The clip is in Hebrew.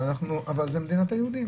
אבל זו מדינת היהודים.